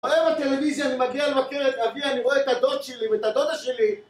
היום בטלוויזיה אני מגיע לבקר את אבי, אני רואה את הדוד שלי ואת הדודה שלי